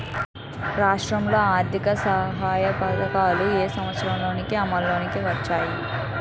రాష్ట్రంలో ఆర్థిక సహాయ పథకాలు ఏ సంవత్సరంలో అమల్లోకి వచ్చాయి?